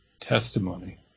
testimony